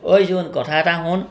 ঐ জোন কথা এটা শুন